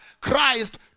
Christ